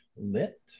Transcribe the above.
lit